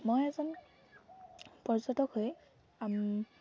মই এজন পৰ্যটক হৈ